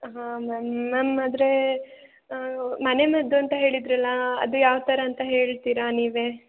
ಹಾಂ ma'am ma'am ಆದರೆ ಮನೆಮದ್ದು ಅಂತ ಹೇಳಿದೀರಲ್ಲ ಅದು ಯಾವ ಥರ ಅಂತ ಹೇಳ್ತೀರ ನೀವೇ